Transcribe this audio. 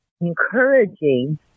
encouraging